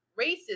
racism